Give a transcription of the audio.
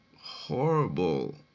horrible